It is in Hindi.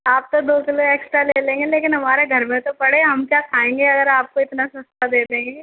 आप तो दो किलो एक्स्ट्रा ले लेंगे लेकिन हमारे घर में तो पड़े हम क्या खाएँगे अगर आपको इतना सस्ता दे देंगे